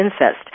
incest